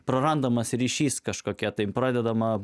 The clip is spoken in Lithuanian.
prarandamas ryšys kažkokia tai pradedama